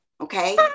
okay